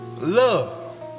love